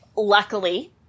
Luckily